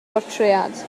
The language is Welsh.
bortread